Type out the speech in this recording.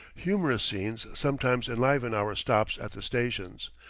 humorous scenes sometimes enliven our stops at the stations.